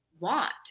Want